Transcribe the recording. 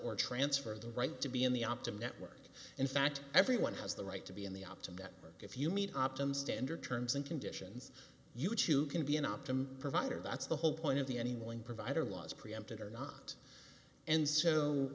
or transfer the right to be in the optim network in fact everyone has the right to be in the optimum that if you meet optum standard terms and conditions you too can be an optimum provider that's the whole point of the any willing provider laws preempt it or not and so